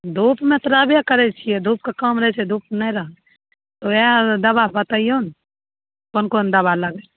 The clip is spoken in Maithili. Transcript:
धुपमे तऽ रहबे करै छियै धुपके काम रहै छै धुप नहि रहबै ओएह दबा बतैयौ ने कोन कोन दबा लगतै